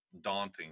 daunting